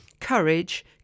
courage